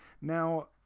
Now